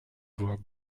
voir